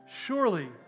Surely